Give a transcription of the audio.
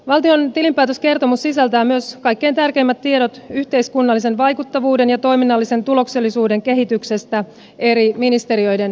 valtion tilinpäätöskertomus sisältää myös kaikkein tärkeimmät tiedot yhteiskunnallisen vaikuttavuuden ja toiminnallisen tuloksellisuuden kehityksestä eri ministeriöiden toimialoilla